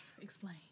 Explain